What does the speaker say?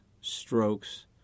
strokes